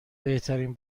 بهترین